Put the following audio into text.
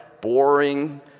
boring